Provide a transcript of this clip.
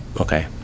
Okay